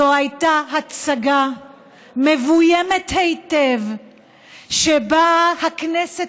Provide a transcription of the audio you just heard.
זו הייתה הצגה מבוימת היטב שבה הכנסת